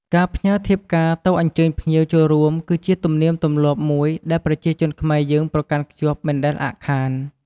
ការផ្ញើធៀបការទៅអញ្ជើញភ្ញៀវចូលរួមគឺជាទំនៀមទម្លាប់មួយដែលប្រជាជនខ្មែរយើងប្រកាន់ខ្ជាប់មិនដែលអាក់ខាន។